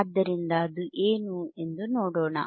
ಆದ್ದರಿಂದ ಅದು ಏನು ಎಂದು ನೋಡೋಣ